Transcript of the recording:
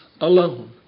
alone